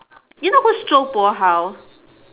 you know who is zhou bo hao